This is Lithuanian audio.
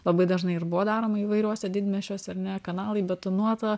labai dažnai ir buvo daroma įvairiuose didmiesčiuos ar ne kanalai įbetonuota